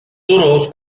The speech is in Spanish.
duros